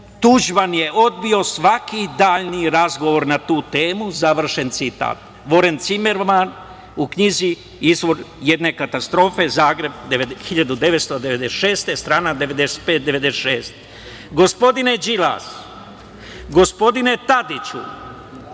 Tuđman je odbio svaki dalji razgovor na tu temu, završen citat, Voren Cimerman u knjizi „Izvor jedne katastrofe“ Zagreb 1996. godine, strana 95, 96.Gospodine Đilas, gospodine Tadiću,